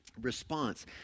response